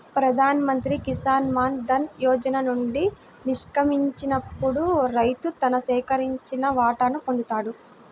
ప్రధాన్ మంత్రి కిసాన్ మాన్ ధన్ యోజన నుండి నిష్క్రమించినప్పుడు రైతు తన సేకరించిన వాటాను పొందుతాడు